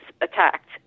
attacked